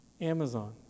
Amazon